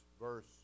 verse